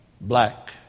Black